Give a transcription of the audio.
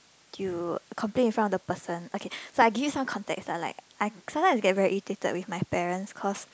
you complain in front of the person okay so I give you some context lah like I sometimes get very irritated with my parents cause